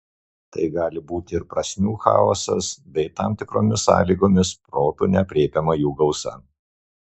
tai gali būti ir prasmių chaosas bei tam tikromis sąlygomis protu neaprėpiama jų gausa